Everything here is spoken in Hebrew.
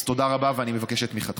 אז תודה רבה, ואני מבקש את תמיכתכם.